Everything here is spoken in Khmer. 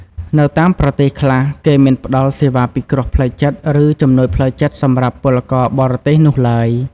នៅតាមប្រទេសខ្លះ គេមិនផ្តល់សេវាពិគ្រោះផ្លូវចិត្ត ឬជំនួយផ្លូវចិត្តសម្រាប់ពលករបរទេសនោះឡើយ។